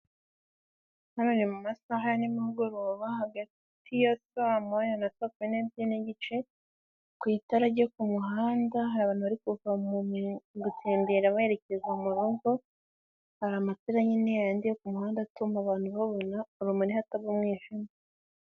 hano mu masaha ya ni mugoroba hagati ya saa moyo na saa kumi nebyiri n'igice, ku itara ryo ku muhanda hari abantu bari kuva mu gutembera berekeza mu rugo, hari amatara nyine ya yandi yo kumuhanda atuma abantu babona urumuri hataba umwijima.